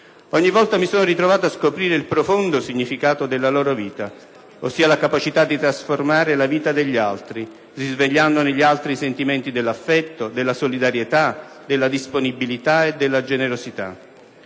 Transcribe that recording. ogni volta mi sono ritrovato a scoprire il profondo significato della loro vita, ossia la capacità di trasformare la vita degli altri, risvegliando negli altri i sentimenti dell'affetto, della solidarietà, della disponibilità e della generosità.